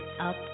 Up